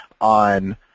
on